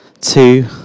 two